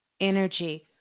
energy